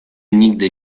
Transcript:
nigdy